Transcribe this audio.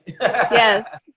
Yes